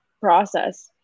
process